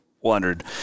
wondered